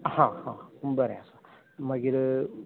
आ हा बरें आसा मागीर